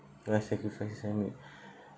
what sacrifices I make